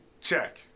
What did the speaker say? check